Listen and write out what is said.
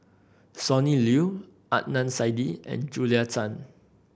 Sonny Liew Adnan Saidi and Julia Tan